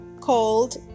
called